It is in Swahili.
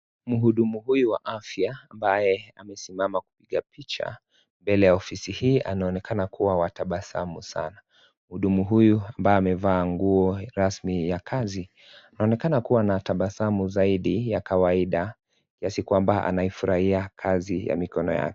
Mhudumu huyu wa afya ambaye amesimama kupiga picha mbele ya ofisi hii anaonekana kuwa wa tabasamu sana . Mhudumu huyu ambaye amevaa nguo rasmi ya kazi anaonekana kuwa na tabasamu zaidi ya kawaida ya siku ambayo anaifurahia kazi ya mikono yake.